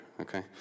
okay